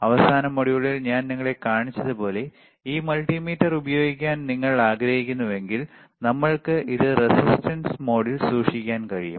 അവസാന മൊഡ്യൂളിൽ ഞാൻ നിങ്ങളെ കാണിച്ചതുപോലെ ഈ മൾട്ടിമീറ്റർ ഉപയോഗിക്കാൻ നിങ്ങൾ ആഗ്രഹിക്കുന്നുവെങ്കിൽ നമ്മൾക്ക് ഇത് റെസിസ്റ്റൻസ് മോഡിൽ സൂക്ഷിക്കാൻ കഴിയും